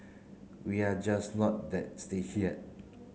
we are just not that stage yet